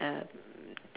uh